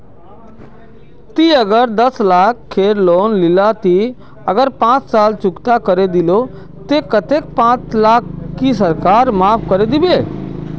ती अगर दस लाख खेर लोन लिलो ते ती अगर पाँच लाख चुकता करे दिलो ते कतेक पाँच लाख की सरकार माप करे दिबे?